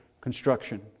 construction